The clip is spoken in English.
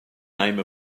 name